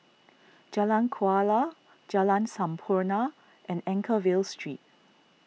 Jalan Kuala Jalan Sampurna and Anchorvale Street